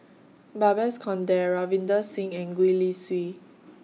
Babes Conde Ravinder Singh and Gwee Li Sui